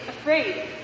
afraid